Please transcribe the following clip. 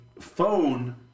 phone